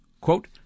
quote